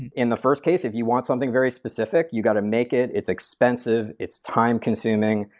and in the first case, if you want something very specific, you got to make it, it's expensive, it's time-consuming.